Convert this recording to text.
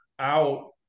out